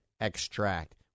extract